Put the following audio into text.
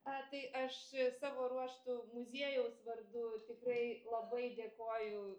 a tai aš savo ruožtu muziejaus vardu tikrai labai dėkoju